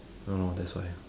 ya lor that's why